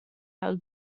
how